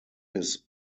his